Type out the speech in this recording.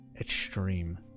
extreme